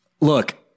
Look